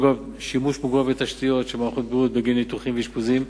שימוש מוגבר בתשתיות של מערכת הבריאות בגין ניתוחים ואשפוזים,